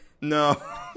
No